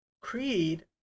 creed